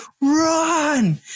run